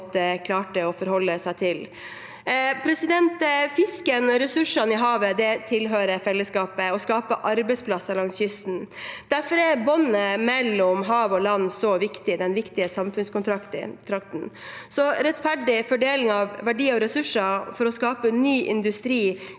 klarte å forholde seg til. Fisken og ressursene i havet tilhører fellesskapet og skaper arbeidsplasser langs kysten. Derfor er båndet mellom hav og land så viktig, den viktige samfunnskontrakten. Rettferdig fordeling av verdier og ressurser for å skape ny industri